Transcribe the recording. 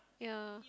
yeah